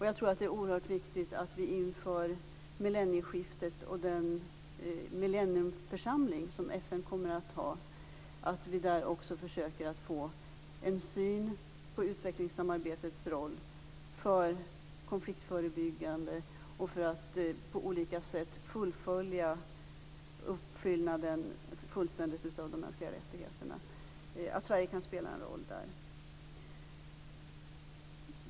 Jag tror att det är oerhört viktigt att vi inför millennieskiftet och den millenniumförsamling som FN kommer att ha försöker få en syn på utvecklingssamarbetets roll för konfliktförebyggande och för att på olika sätt fullfölja uppfyllandet fullständigt av de mänskliga rättigheterna. Sverige kan spela en roll där.